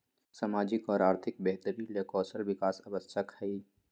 सामाजिक और आर्थिक बेहतरी ले कौशल विकास आवश्यक हइ